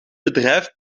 bedrijf